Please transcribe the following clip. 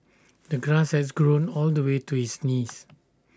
the grass has grown all the way to his knees